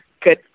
good